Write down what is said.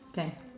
can